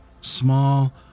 Small